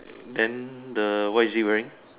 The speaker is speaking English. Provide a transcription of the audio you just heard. then the what is he wearing